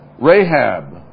Rahab